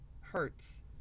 hurts